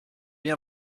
bien